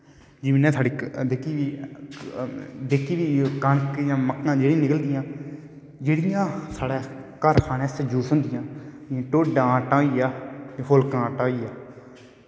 जमीनै च साढ़ी जेह्की बी कनक जां मक्कां जेह्की बी निकलदी जेह्ड़ियां साढ़ै घर खानैं आस्तै यूज़ होंदियां ढोडें दा आटा होईया फुल्कें दा आटा होईया